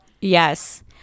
Yes